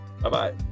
Bye-bye